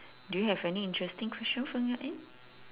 do you have any interesting question from your end